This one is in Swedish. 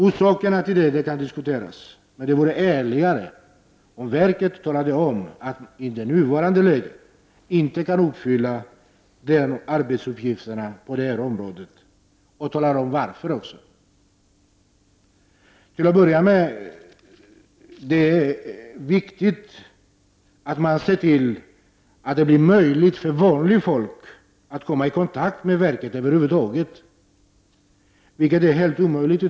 Orsakerna härtill kan diskuteras, men det vore ärligare om verket talade om att man i nuvarande läge inte kan uppfylla de här nämnda arbetsuppgifterna och talade om varför så är fallet. Till att börja med är det viktigt att man ser till att det blir möjligt för vanligt folk att över huvud taget komma i kontakt med verket, vilket i dag är helt omöjligt.